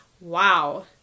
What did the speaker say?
Wow